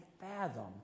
Fathom